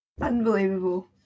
Unbelievable